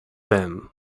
then